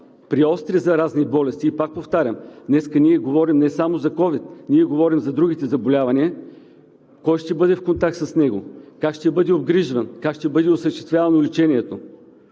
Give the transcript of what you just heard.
при остри заразни болести, и пак повтарям, днес ние говорим не само за ковид, ние говорим и за другите заболявания – кой ще бъде в контакт с него, как ще бъде обгрижван, как ще бъде осъществявано лечението?